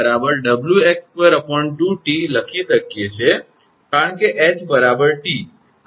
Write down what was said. તેથી આપણે આ સમીકરણ 𝑦 𝑊𝑥2 2𝑇 લખી શકીએ છીએ કારણ કે 𝐻 𝑇